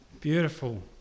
Beautiful